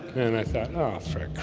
and i thought oh